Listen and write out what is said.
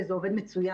וזה עובד מצוין.